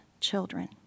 children